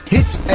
Hits